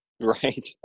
right